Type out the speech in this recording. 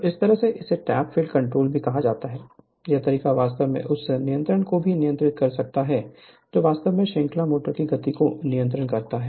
तो इस तरह से इसे टैप फील्ड कंट्रोल भी कहा जाता है यह तरीका वास्तव में उस नियंत्रण को भी नियंत्रित कर सकता है जो वास्तव में श्रृंखला मोटर की गति को नियंत्रित करता है